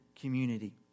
community